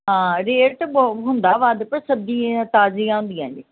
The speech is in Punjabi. ਹਾਂ ਰੇਟ ਤਾਂ ਬਹੁਤ ਹੁੰਦਾ ਵਾ ਦੇਖੋ ਸਬਜ਼ੀਆਂ ਤਾਜ਼ੀਆਂ ਹੁੰਦੀਆਂ ਜੇ